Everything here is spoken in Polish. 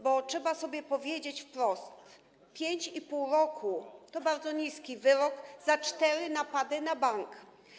Bo trzeba sobie powiedzieć wprost, że 5,5 roku to bardzo niski wyrok za cztery napady na bank.